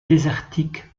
désertique